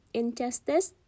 injustice